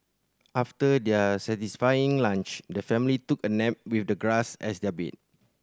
after their satisfying lunch the family took a nap with the grass as their bed